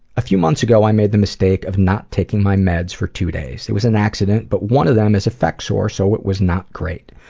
a few months ago, i made the mistake of not taking my meds for two days. it was an accident, but one of them is effexor, so it was not great.